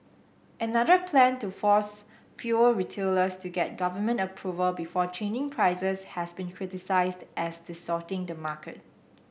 another plan to force fuel retailers to get government approval before changing prices has been criticised as distorting the market